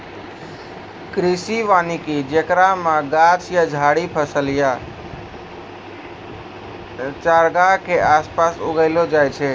कृषि वानिकी जेकरा मे गाछ या झाड़ि फसल या चारगाह के आसपास उगैलो जाय छै